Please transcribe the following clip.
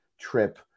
trip